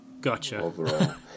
gotcha